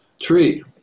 tree